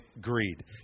greed